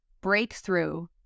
breakthrough